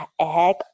egg